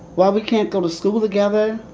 why we can't go to school together,